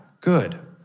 good